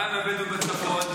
מה עם הבדואים בצפון?